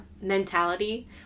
mentality